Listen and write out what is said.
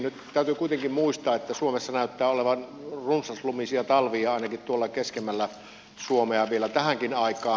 nyt täytyy kuitenkin muistaa että suomessa näyttää olevan runsaslumisia talvia ainakin keskemmällä suomea vielä tähänkin aikaan